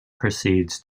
proceeds